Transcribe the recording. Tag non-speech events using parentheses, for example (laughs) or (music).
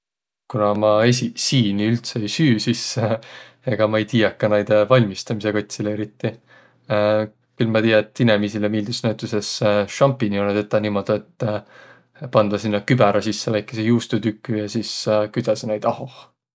Kuna ma esiq siini üldse ei süüq, (laughs) sis ega ma ei tiiäq ka näide valmistamisõ kotsilõ eriti. (hesitation) Küll ma tiiä, et inemiisile miildüs näütüses sampinjonõ tetäq niimuudu, et pandaq sinnäq kübärä sisse väikeseq juustutüküq ja sis küdsäseq noid ahoh.